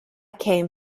came